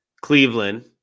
Cleveland